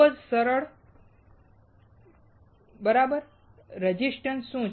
ખૂબ જ સરળ બરાબર રેઝિસ્ટન્સ શું છે